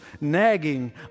nagging